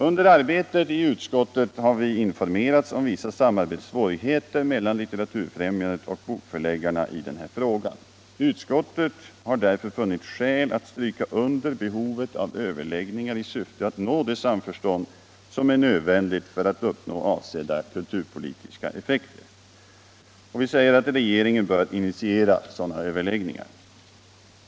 Under arbetet i utskottet har vi informerats om vissa samarbetssvårigheter mellan Litteraturfräimjandet och bokförläggarna i denna fråga. Utskottet har därför funnit skäl att stryka under behovet av överläggningar i syfte att nå det samförstånd som är nödvändigt för att uppnå avsedda kulturpolitiska effekter. Regeringen bör initiera sådana överläggningar.